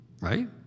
Right